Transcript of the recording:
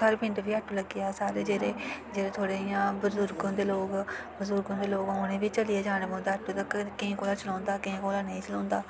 साढ़े पिंड बी आटो लग्गी जाऽ सारे जेह्ड़े थोह्ड़े इ'यां बजुर्ग होंदे लोग उ'नें बी चलियै जाना पौंदा आटो तक केईं कोला चलोंदा केईं कोला नेईं चलोंदा